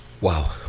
wow